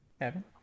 Evan